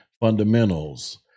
fundamentals